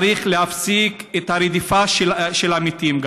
צריך להפסיק את הרדיפה של המתים.